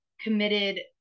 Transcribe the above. committed